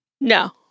No